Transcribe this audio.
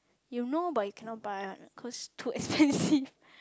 you know but you cannot buy [one] cause too expensive